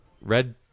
Red